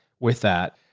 with that.